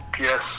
Yes